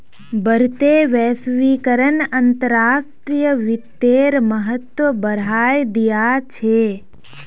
बढ़ते वैश्वीकरण अंतर्राष्ट्रीय वित्तेर महत्व बढ़ाय दिया छे